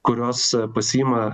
kurios pasiima